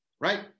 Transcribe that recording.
right